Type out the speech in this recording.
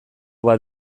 bat